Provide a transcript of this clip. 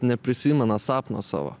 neprisimena sapno savo